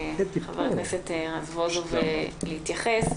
ולחבר הכנסת רזבוזוב להתייחס.